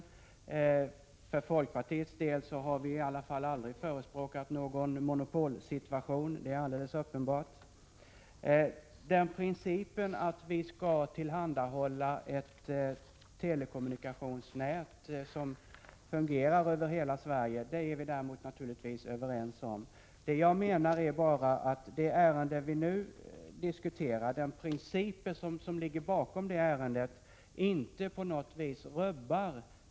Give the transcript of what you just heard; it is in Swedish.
Det är emellertid alldeles uppenbart att i varje fall folkpartiet aldrig har förespråkat någon monopolsituation. Däremot är vi naturligtvis överens om principen att vi skall tillhandahålla ett telekommunikationsnät som fungerar över hela Sverige. Möjligheten att upprätthålla ett sådant rubbas enligt min mening inte på något vis av den princip som ligger bakom det ärende vi nu diskuterar.